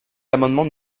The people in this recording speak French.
l’amendement